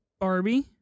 Barbie